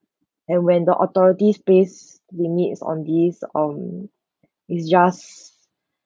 and when the authorities place limits on these on it's just